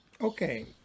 okay